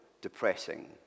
depressing